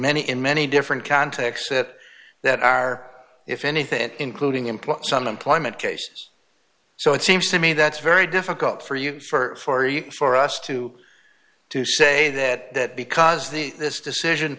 many in many different contexts that that are if anything including imply some employment case so it seems to me that's very difficult for you for you for us to to say that because the this decision